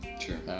Sure